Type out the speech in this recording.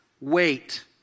wait